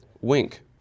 Wink